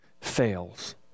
fails